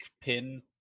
pin